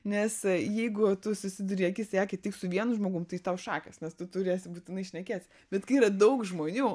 nes jeigu tu susiduri akis į akį tik su vienu žmogum tai tau šakės nes tu turėsi būtinai šnekėti bet kai yra daug žmonių